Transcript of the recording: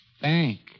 Bank